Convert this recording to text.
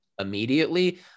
immediately